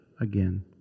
again